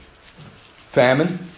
Famine